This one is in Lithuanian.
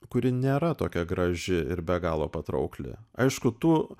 kuri nėra tokia graži ir be galo patraukli aišku tų